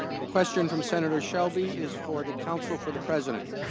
the question from senator shelby is for the council for the president